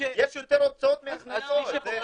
יש יותר הוצאות מהכנסות.